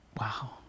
wow